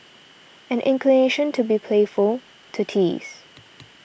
an inclination to be playful to tease